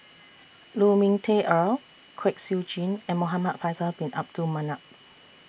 Lu Ming Teh Earl Kwek Siew Jin and Muhamad Faisal Bin Abdul Manap